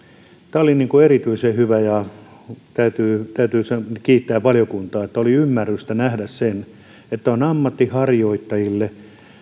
tämä oli erityisen hyvä ja täytyy kiittää valiokuntaa että oli ymmärrystä nähdä se että tämä on ammatinharjoittajille